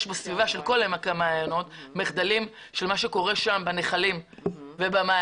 יש בסביבה של כל עמק המעיינות מחדלים שקורים שם בנחלים ובמעיינות